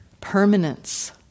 permanence